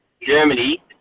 Germany